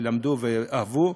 שלמדו ואהבו.